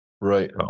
Right